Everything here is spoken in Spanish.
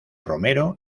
romero